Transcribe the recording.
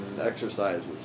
exercises